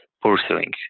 pursuing